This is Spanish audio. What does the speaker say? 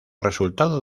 resultado